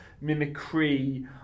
mimicry